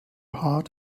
heart